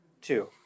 two